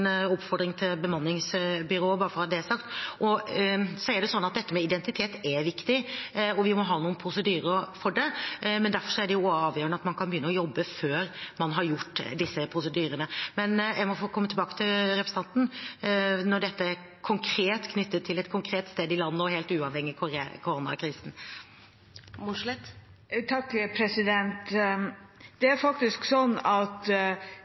oppfordring til bemanningsbyråer, bare for å ha det sagt. Dette med identitet er viktig, og vi må ha noen prosedyrer for det, men derfor er det også avgjørende at man kan begynne å jobbe før man har gjennomført disse prosedyrene. Jeg må få komme tilbake til representanten, da dette er knyttet til et konkret sted i landet og helt uavhengig av koronakrisen. Det er faktisk slik at siden februar har det